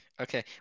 Okay